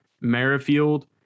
Merrifield